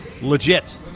legit